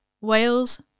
Wales